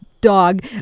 dog